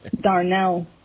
darnell